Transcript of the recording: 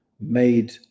made